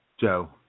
Joe